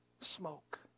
smoke